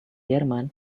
jerman